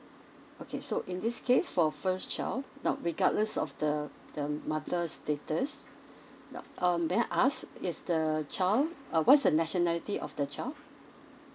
okay so in this case for first child now regardless of the the mother's status now um may I ask is the child uh what's the nationality of the child